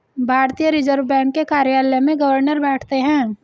भारतीय reserve bank के कार्यालय में गवर्नर बैठते हैं